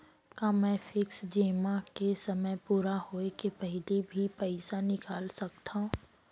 का मैं फिक्स जेमा के समय पूरा होय के पहिली भी पइसा निकाल सकथव?